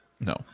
no